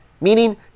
meaning